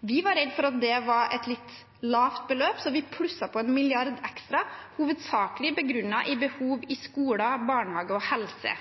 Vi var redd for at det var et litt lavt beløp, så vi plusset på en milliard ekstra, hovedsakelig begrunnet i behov i skole, barnehage og helse.